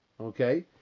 Okay